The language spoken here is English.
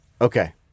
Okay